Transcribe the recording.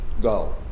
go